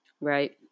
Right